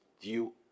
due